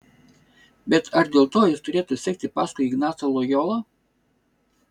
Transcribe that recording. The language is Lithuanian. bet ar dėl to jis turėtų sekti paskui ignacą lojolą